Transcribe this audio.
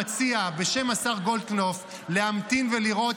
בשם השר גולדקנופ אני מציע למציע להמתין ולראות